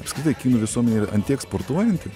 apskritai visuomenė yra ant tiek sportuojant